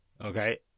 Okay